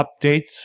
updates